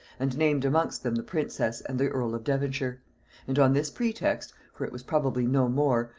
and named amongst them the princess and the earl of devonshire and on this pretext, for it was probably no more,